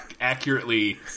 accurately